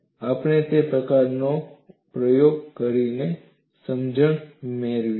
આપણે તે પ્રકારનો પ્રયોગ કરીને સમજ મેળવીશું